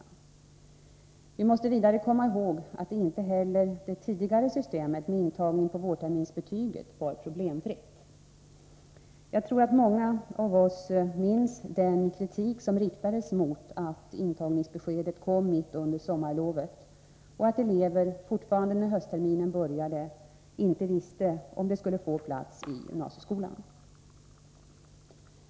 Vi måste vidare komma ihåg att inte heller det tidigare systemet med intagning på vårterminsbetyget var problemfritt. Jag tror att många av oss minns den kritik som riktades mot att intagningsbeskedet kom mitt under sommarlovet och att elever fortfarande när höstterminen började inte visste om de skulle få plats i gymnasieskolan.